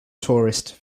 tourist